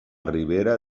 ribera